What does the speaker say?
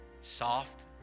soft